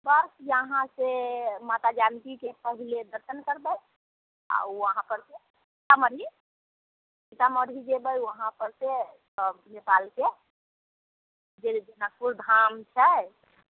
बस यहाँ से माता जानकीके पहिले दर्शन करबाउ आओर वहाँ पर से सीतामढ़ी सीतामढ़ी जयबै वहाँ पर से तब नेपालके जयबै जनकपुर धाम छै